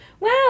Wow